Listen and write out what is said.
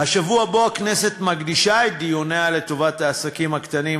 השבוע שבו הכנסת מקדישה את דיוניה לטובת העסקים הקטנים,